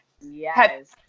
yes